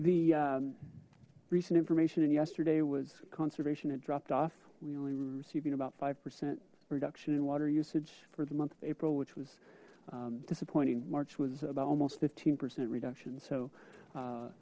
the recent information and yesterday was conservation had dropped off we only were receiving about five percent reduction in water usage for the month of april which was disappointing march was about almost fifteen percent reduction so